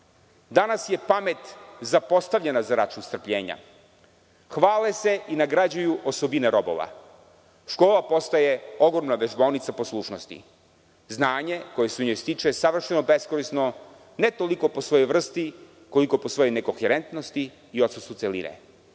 danas je pamet zapostavljena za račun strpljenja. Hvale se i nagrađuju osobine robova. Škola postaje ogromna vežbaonica poslušnosti. Znanje koje se u njoj stiče savršeno beskorisno, ne toliko po svojoj vrsti koliko po svojoj nekoherentnosti i odsustvu celine.